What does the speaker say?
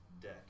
deck